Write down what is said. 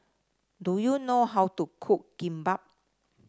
do you know how to cook Kimbap